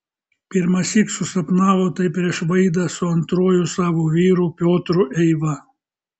pirmąsyk susapnavo tai prieš vaidą su antruoju savo vyru piotru eiva